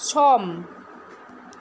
सम